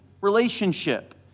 relationship